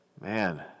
man